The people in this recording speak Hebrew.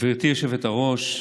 גברתי היושבת-ראש,